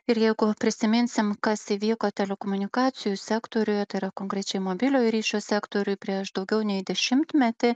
ir jeigu prisiminsim kas įvyko telekomunikacijų sektoriuje tai yra konkrečiai mobiliojo ryšio sektoriuj prieš daugiau nei dešimtmetį